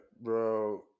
bro